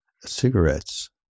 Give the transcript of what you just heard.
cigarettes